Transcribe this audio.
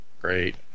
great